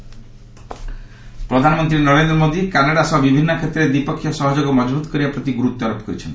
PM Canada ପ୍ରଧାନମନ୍ତ୍ରୀ Narendra Modi Canada ସହ ବିଭିନ୍ନ କ୍ଷେତ୍ରରେ ଦ୍ୱିପକ୍ଷିୟ ସହଯୋଗ ମଜବୁତ କରିବା ପ୍ରତି ଗୁରୁତ୍ୱାରୋପ କରିଛନ୍ତି